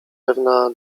pewna